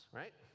right